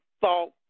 thought